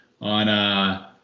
on